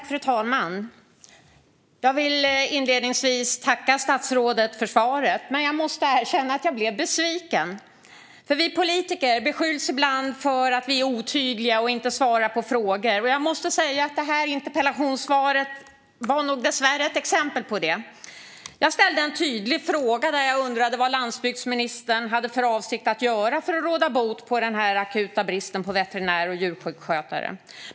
Fru talman! Jag vill inledningsvis tacka statsrådet för svaret, men jag måste erkänna att jag blev besviken. Vi politiker beskylls ibland för att vara otydliga och inte besvara frågor, och jag måste säga att detta interpellationssvar dessvärre nog var ett exempel på det. Jag ställde en tydlig fråga där jag undrade vad landsbygdsministern hade för avsikt att göra för att råda bot på den akuta bristen på veterinärer och djursjukskötare.